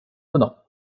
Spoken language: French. donnant